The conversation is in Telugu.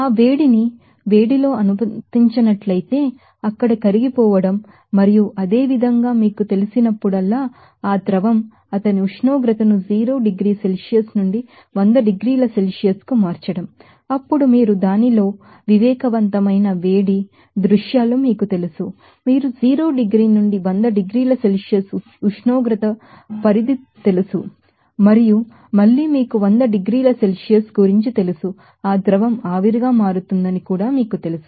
ఆ వేడిని వేడిలో అనుమతించినట్లయితే అక్కడ కరిగిపోవడం మరియు అదే విధంగా మీకు తెలిసినప్పుడల్లా ఆ లిక్విడ్ అతని ఉష్ణోగ్రతను 0 డిగ్రీల సెల్సియస్ నుండి 100 డిగ్రీల సెల్సియస్ కు మార్చడం అప్పుడు సెన్సిబిల్ హీట్ 0 నుండి 100 డిగ్రీల సెల్సియస్ ఉష్ణోగ్రత పరిధి మరియు మళ్ళీ మీకు 100 డిగ్రీల సెల్సియస్ ఆ లిక్విడ్ వేపర్ గా మారుతుందని తెలుసు